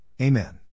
Amen